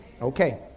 Okay